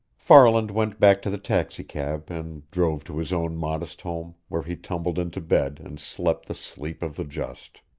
farland went back to the taxicab and drove to his own modest home, where he tumbled into bed and slept the sleep of the just.